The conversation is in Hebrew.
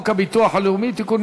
הצעת חוק הביטוח הלאומי (תיקון,